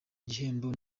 igihembo